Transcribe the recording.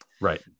Right